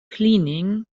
cleaning